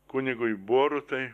kunigui borutai